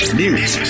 news